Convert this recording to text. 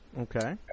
okay